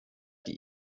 die